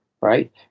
Right